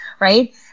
Right